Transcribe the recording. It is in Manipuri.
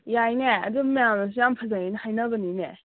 ꯌꯥꯏꯅꯦ ꯑꯗꯨ ꯃꯌꯥꯝꯅꯁꯨ ꯌꯥꯝ ꯐꯖꯩ ꯍꯥꯏꯅ ꯍꯥꯏꯅꯕꯅꯤꯅꯦ